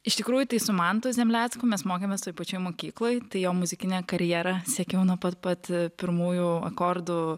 iš tikrųjų tai su mantu zemlecku mes mokėmės toj pačioj mokykloj tai jo muzikinę karjerą sekiau nuo pat pat pirmųjų akordų